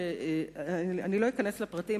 אני לא אכנס לפרטים,